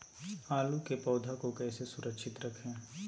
आलू के पौधा को कैसे सुरक्षित रखें?